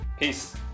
Peace